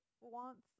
wants